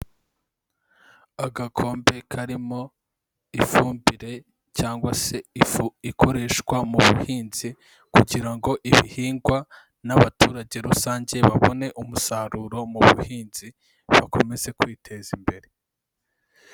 Agakombe karimo ifumbire cyangwa se ifu ikoreshwa mu buhinzi kugira ngo ibihingwa n'abaturage rusange babone umusaruro mu buhinzi, bakomeze kwiteza imbere.